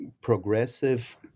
progressive